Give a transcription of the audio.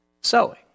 sewing